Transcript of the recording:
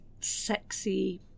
sexy